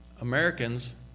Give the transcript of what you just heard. Americans